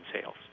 sales